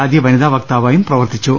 ആദ്യ വനിതാ വക്താവായും പ്രവർത്തിച്ചു